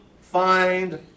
find